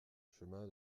chemin